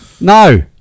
No